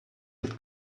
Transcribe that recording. that